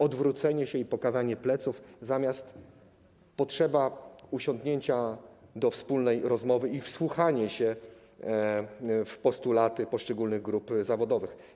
Odwrócenie się i pokazanie pleców zamiast przystąpienia do wspólnej rozmowy i wsłuchania się w postulaty poszczególnych grup zawodowych.